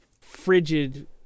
frigid